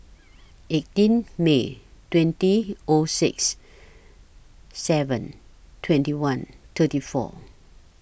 eighteen May twenty O six seven twenty one thirty four